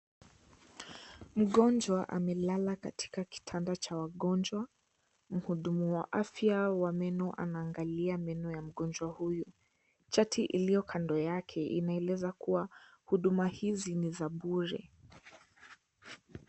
Mgonjwa amelala katika kitanda cha wagonjwa. Mhudumu wa afya wa meno anaangalia meno ya mgonjwa huyo. Chati iliyo kando yake inaeleza kuwa huduma hizi ni za bure.